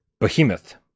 behemoth